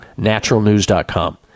naturalnews.com